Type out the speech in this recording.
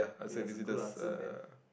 ya it's a good answer man